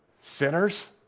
sinners